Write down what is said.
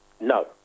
No